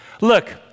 Look